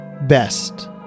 best